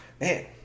Man